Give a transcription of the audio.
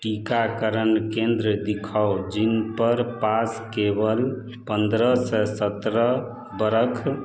टीकाकरण केंद्र दिखाउ जिनकर पास केवल पंद्रह से सत्रह बरख